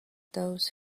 those